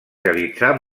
realitzar